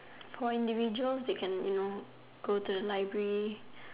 for individuals they can you know go to the library